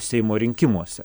seimo rinkimuose